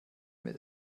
mit